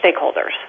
stakeholders